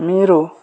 మీరు